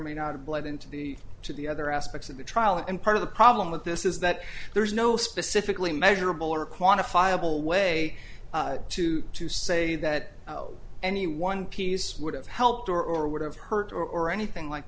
may not of blood into the to the other aspects of the trial and part of the problem with this is that there is no specifically measurable or quantifiable way to to say that any one piece would have helped or or would have hurt or anything like